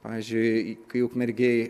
pavyzdžiui kai ukmergėj